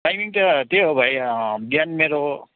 timing त त्यही हो भाइ बिहान मेरो